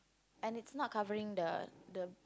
and it's not covering the the